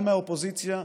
גם מהאופוזיציה,